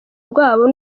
rwabo